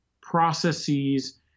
processes